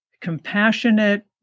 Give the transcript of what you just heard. compassionate